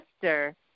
sister